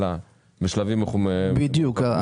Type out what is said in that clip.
בדיוק.